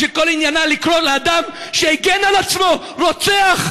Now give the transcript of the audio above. שכל עניינה לקרוא לאדם שהגן על עצמו רוצח,